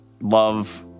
love